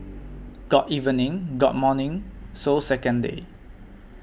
got evening got morning so second day